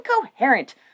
incoherent